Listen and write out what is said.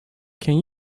can